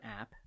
app